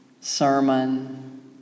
sermon